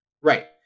right